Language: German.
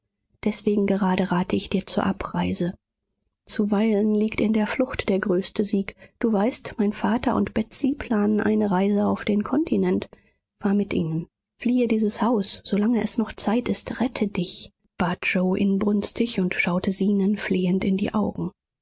deswegen gerade rate ich dir zur abreise zuweilen liegt in der flucht der größte sieg du weißt mein vater und betsy planen eine reise auf den kontinent fahr mit ihnen fliehe dieses haus solange es noch zeit ist rette dich bat yoe inbrünstig und schaute zenon flehend in die augen